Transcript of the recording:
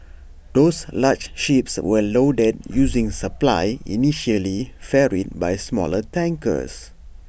those large ships were loaded using supply initially ferried by smaller tankers